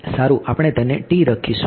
સારું આપણે તેને રાખીશું